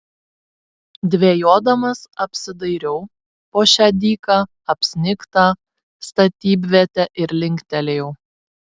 dvejodamas apsidairiau po šią dyką apsnigtą statybvietę ir linktelėjau